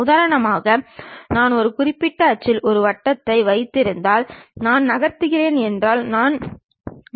உதாரணமாக நான் ஒரு குறிப்பிட்ட அச்சில் ஒரு வட்டத்தை வைத்திருந்தால் நான் நகர்கிறேன் என்றால் நான் மெல்லப் பெறப்போகிறேன்